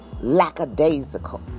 lackadaisical